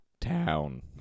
Town